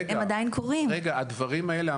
הדברים האלה,